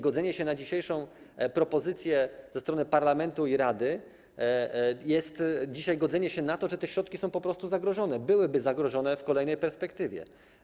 Godzenie się na dzisiejszą propozycję ze strony Parlamentu Europejskiego i Rady jest godzeniem się na to, że te środki są po prostu zagrożone, byłyby zagrożone w kolejnej perspektywie.